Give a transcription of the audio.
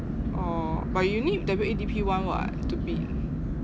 oh but you need W_A_D_P one [what] to be